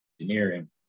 engineering